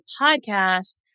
podcast